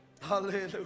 Hallelujah